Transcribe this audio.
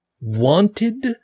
wanted